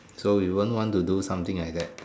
so you won't want to do something like that